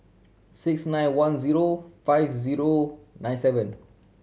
six nine one zero five zero nine seven